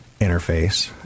interface